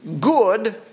good